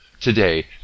Today